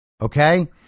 Okay